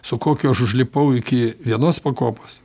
su kokiu aš užlipau iki vienos pakopos